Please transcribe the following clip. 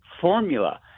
formula